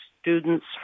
students